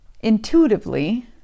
intuitively